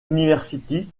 university